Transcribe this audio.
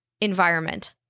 environment